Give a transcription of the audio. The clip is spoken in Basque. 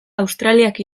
australiak